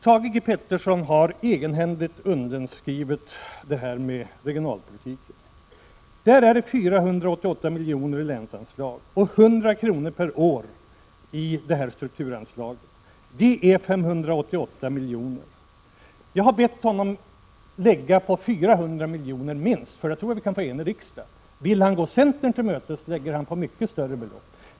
Thage G. Peterson har egenhändigt skrivit under förslaget till regionalpolitik. Där finns 488 milj.kr. i länsanslag och 100 milj.kr. per år i strukturanslag. Det är 588 milj.kr. Jag har bett honom att lägga på minst 400 milj.kr. Det tror jag att riksdagen kan enas om. Vill han gå centern till mötes lägger han på ett mycket större belopp.